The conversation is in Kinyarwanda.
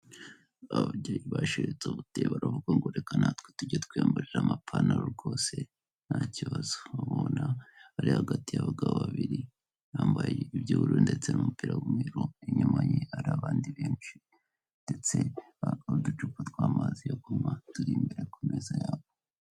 Ababyeyi bashiritse ubute baravuga ngo reka natwe tujye twiyambarira amapantaro rwose nta kibazo, urabona ari hagati y'abagabo babiri bambaye iby'ururu ndetse n'umupira w'umweru, inyuma ye hari abandi benshi, ndetse uducupa tw'amazi yo kunywa, turi imbere ku meza yabo.